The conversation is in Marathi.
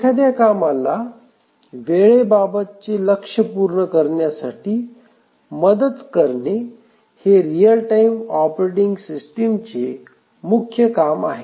एखाद्या कामाला वेळेबाबतचे लक्ष्यपूर्ण करण्यासाठी मदत करणे हे रियल टाइम ऑपरेटिंग सिस्टिमचे मुख्य काम आहे